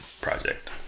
project